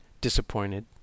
disappointed